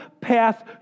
path